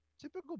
Typical